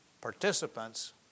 participants